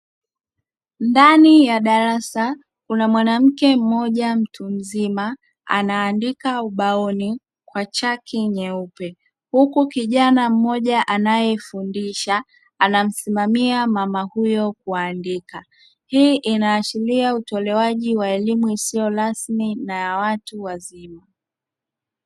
Ndani ya darasa kuna mwanamke mmoja mtu mzima anaandika ubaoni kwa chaki nyeupe, huku kijana mmoja anayefundisha anamsimamia mama huyo kuandika hii inaashiria utolewaji wa elimu isiyo rasmi na ya watu wazima.